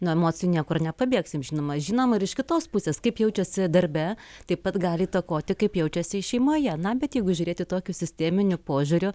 nuo emocijų niekur nepabėgsim žinoma žinoma ir iš kitos pusės kaip jaučiasi darbe taip pat gali įtakoti kaip jaučiasi šeimoje na bet jeigu žiūrėti tokiu sisteminiu požiūriu